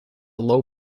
low